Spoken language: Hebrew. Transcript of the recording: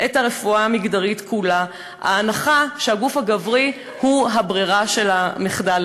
את הרפואה המגדרית כולה: ההנחה שהגוף הגברי הוא ברירת המחדל,